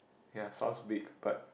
ya sounds big but